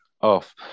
off